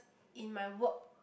in my work